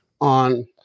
on